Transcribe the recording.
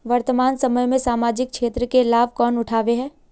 वर्तमान समय में सामाजिक क्षेत्र के लाभ कौन उठावे है?